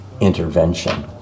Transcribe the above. intervention